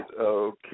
okay